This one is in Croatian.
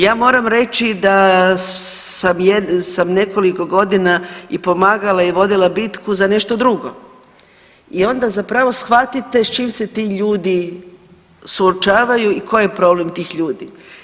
Ja moram reći da sam nekoliko godina i pomagala i vodila bitku za nešto drugo i onda zapravo shvatite s čim se ti ljudi suočavaju i koji je problem tih ljudi.